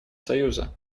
союза